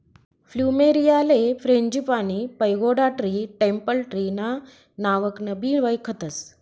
फ्लुमेरीयाले frangipani, pagoda tree, temple tree ना नावकनबी वयखतस